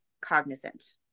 cognizant